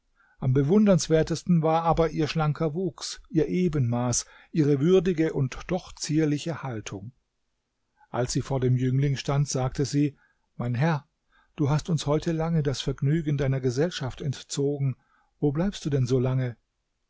am bewundernswertesten war aber ihr schlanker wuchs ihr ebenmaß ihre würdige und doch zierliche haltung als sie vor dem jüngling stand sagte sie mein herr du hast uns heute lange das vergnügen deiner gesellschaft entzogen wo bleibst du denn so lange